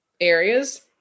areas